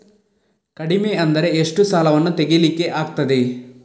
ಕಡಿಮೆ ಅಂದರೆ ಎಷ್ಟು ಸಾಲವನ್ನು ತೆಗಿಲಿಕ್ಕೆ ಆಗ್ತದೆ?